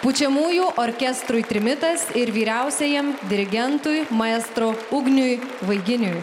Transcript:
pučiamųjų orkestrui trimitas ir vyriausiajam dirigentui maestro ugniui vaiginiui